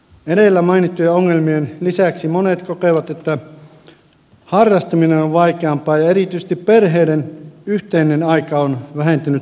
edellä mainittujen ongelmien lisäksi monet kokevat että harrastaminen on vaikeampaa ja erityisesti perheiden yhteinen aika on vähentynyt huomattavasti